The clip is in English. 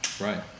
Right